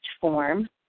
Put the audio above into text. form